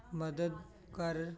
ਮਦਦ ਕਰ